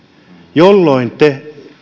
jolloin te